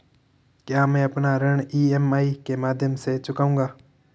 क्या मैं अपना ऋण ई.एम.आई के माध्यम से चुकाऊंगा?